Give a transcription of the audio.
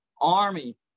Army